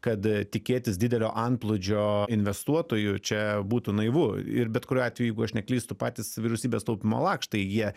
kade tikėtis didelio antplūdžio investuotojų čia būtų naivu ir bet kuriuo atveju jeigu aš neklystu patys vyriausybės taupymo lakštai jie